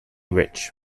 rich